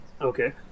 Okay